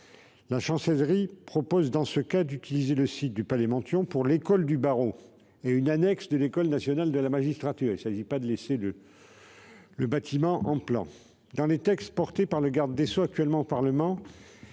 La Chancellerie propose dans ce dernier cas d'utiliser le site du palais Monthyon pour l'école du barreau et une annexe de l'École nationale de la magistrature. Il ne s'agit pas d'abandonner le bâtiment. Les textes défendus par le garde des sceaux actuellement devant le Parlement